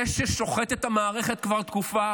זה ששוחט את המערכת כבר תקופה,